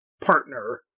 partner